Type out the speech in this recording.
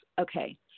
okay